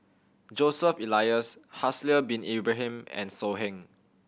Joseph Elias Haslir Bin Ibrahim and So Heng